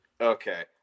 Okay